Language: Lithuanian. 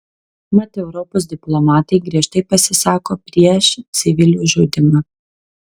mat europos diplomatai griežtai pasisako prieš civilių žudymą